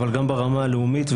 אבל גם ברמה הלאומית,